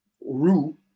Rue